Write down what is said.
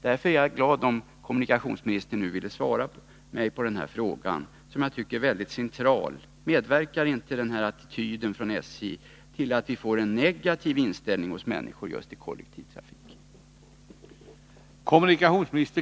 Därför skulle jag bli glad om kommunikationsministern ville svara mig på den här frågan, som jag tycker är väldigt central. Medverkar inte den här attityden från SJ till att vi får en negativ inställning hos människor till kollektivtrafiken?